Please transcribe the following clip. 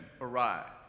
arrive